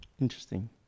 interesting